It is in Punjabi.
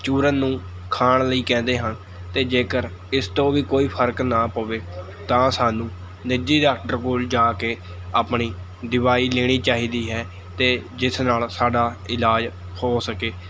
ਚੂਰਨ ਨੂੰ ਖਾਣ ਲਈ ਕਹਿੰਦੇ ਹਨ ਅਤੇ ਜੇਕਰ ਇਸ ਤੋਂ ਵੀ ਕੋਈ ਫਰਕ ਨਾ ਪਵੇ ਤਾਂ ਸਾਨੂੰ ਨਿੱਜੀ ਡਾਕਟਰ ਕੋਲ਼ ਜਾ ਕੇ ਆਪਣੀ ਦਵਾਈ ਲੈਣੀ ਚਾਹੀਦੀ ਹੈ ਅਤੇ ਜਿਸ ਨਾਲ ਸਾਡਾ ਇਲਾਜ ਹੋ ਸਕੇ